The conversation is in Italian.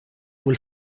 quel